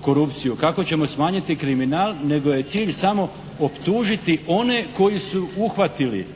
korupciju, kako ćemo smanjiti kriminal, nego je cilj samo optužiti one koje su uhvatili,